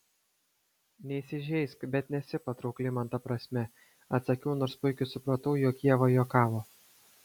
neįsižeisk bet nesi patraukli man ta prasme atsakiau nors puikiai supratau jog ieva juokavo